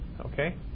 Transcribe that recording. okay